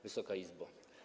Wysoka Izbo!